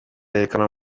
yerekana